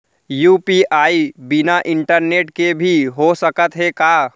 UPI बिना internet के भी हो सकत हे का?